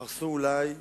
הרסו אולי,